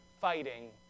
fighting